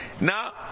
Now